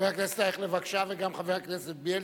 חבר הכנסת אייכלר, בבקשה, וגם חבר הכנסת בילסקי.